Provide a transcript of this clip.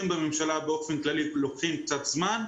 בממשלה באופן כללי לוקחים קצת זמן,